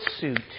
suit